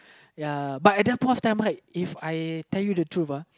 ya but at that point of time right If I tell you the truth uh